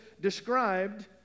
described